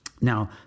Now